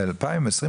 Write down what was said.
ב-2022,